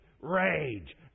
rage